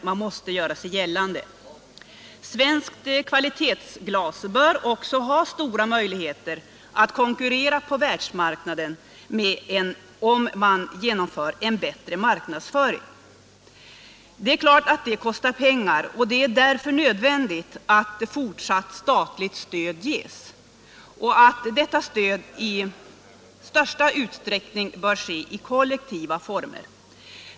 Svenskt kva Åtgärder för den litetsglas bör emellertid ha stora möjligheter att konkurrera på världs manuella glasindumarknaden om man genomför en bättre marknadsföring. Detta kostar = strin naturligtvis pengar, och det är därför nödvändigt att fortsatt statligt stöd ges och att detta stöd i största utsträckning sker i kollektiva former.